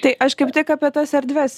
tai aš kaip tik apie tas erdves